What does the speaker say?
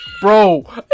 Bro